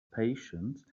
patience